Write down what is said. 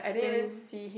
then